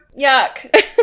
Yuck